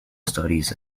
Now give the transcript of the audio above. studies